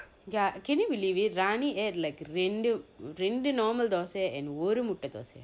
ya can you believe it raani air like ரெண்டு ரெண்டு:rendu rendu normal dosa and ஒரு முட்டை தோச:oru muttai dosa